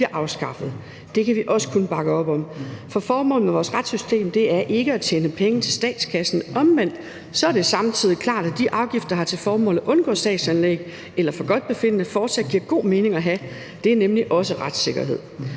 bliver afskaffet. Det kan vi også kun bakke op om. For formålet med vores retssystem er ikke at tjene penge til statskassen. Omvendt er det samtidig klart, at de afgifter, som har til formål at undgå sagsanlæg efter forgodtbefindende, fortsat giver god mening at have. Det er nemlig også retssikkerhed.